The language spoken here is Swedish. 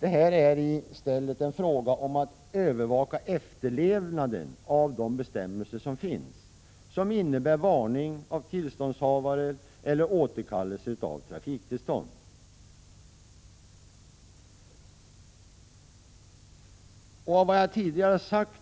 Det är här i stället fråga om att övervaka efterlevnaden av de bestämmelser som finns om varning av tillståndshavaren eller återkallelse av trafiktillstånd. Av vad jag tidigare sagt